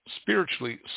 spiritually